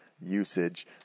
usage